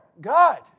God